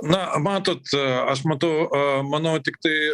na matot aš matau manau tiktai